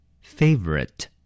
Favorite